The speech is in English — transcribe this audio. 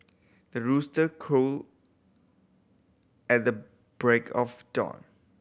the rooster crow at the break of dawn